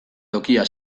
tokia